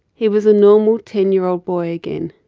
he was a normal ten year old boy again.